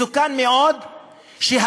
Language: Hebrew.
מסוכן מאוד שהתרבות